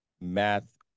math